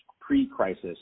pre-crisis